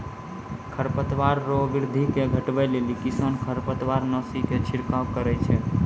खरपतवार रो वृद्धि के घटबै लेली किसान खरपतवारनाशी के छिड़काव करै छै